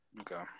Okay